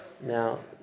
Now